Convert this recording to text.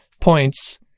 points